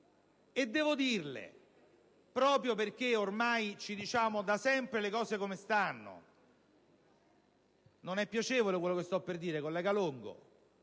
e devo dirle, proprio perché ormai ci diciamo da sempre le cose come stanno - non è piacevole quello che sto per dire, collega Longo